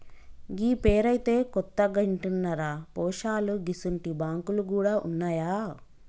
గీ పేరైతే కొత్తగింటన్నరా పోశాలూ గిసుంటి బాంకులు గూడ ఉన్నాయా